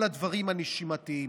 כל הדברים הנשימתיים.